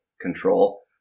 control